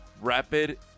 rapid